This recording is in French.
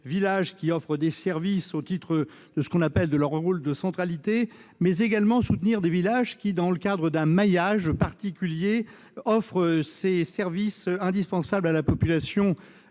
villages à offrir des services au titre de leur rôle de centralité, mais également à soutenir des villages qui, dans le cadre d'un maillage particulier, remplissent des fonctions indispensables à la population